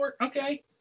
Okay